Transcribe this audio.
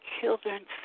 children